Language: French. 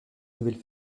nouvelle